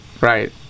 Right